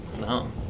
No